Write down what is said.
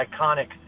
iconic